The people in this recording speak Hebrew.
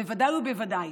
בוודאי ובוודאי